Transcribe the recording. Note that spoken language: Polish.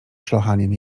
szlochaniem